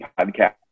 podcast